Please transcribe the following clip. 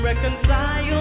Reconcile